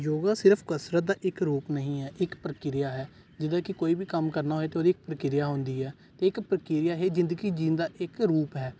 ਯੋਗਾ ਸਿਰਫ ਕਸਰਤ ਦਾ ਇੱਕ ਰੂਪ ਨਹੀਂ ਹੈ ਇੱਕ ਪ੍ਰਕਿਰਿਆ ਹੈ ਜਿੱਦਾਂ ਕਿ ਕੋਈ ਵੀ ਕੰਮ ਕਰਨਾ ਹੋਏ ਤਾਂ ਉਹਦੀ ਪ੍ਰਕਿਰਿਆ ਹੁੰਦੀ ਹੈ ਅਤੇ ਇੱਕ ਪ੍ਰਕਿਰਿਆ ਹੀ ਜ਼ਿੰਦਗੀ ਜਿਉਣ ਦਾ ਇੱਕ ਰੂਪ ਹੈ